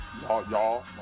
y'all